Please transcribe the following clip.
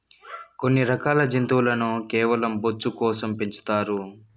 కొన్ని రకాల జంతువులను కేవలం బొచ్చు కోసం పెంచుతారు